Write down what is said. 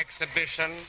Exhibition